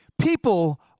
People